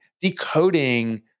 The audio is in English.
Decoding